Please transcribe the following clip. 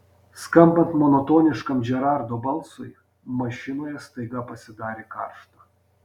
skambant monotoniškam džerardo balsui mašinoje staiga pasidarė karšta